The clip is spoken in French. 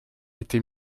été